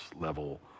level